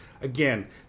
Again